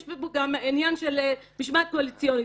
ויש פה גם עניין של משמעת קואליציונית.